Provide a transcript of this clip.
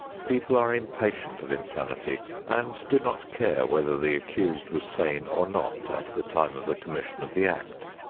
people are impatient of insanity and do not care whether the accused was sane or not at the time of the commission of the act.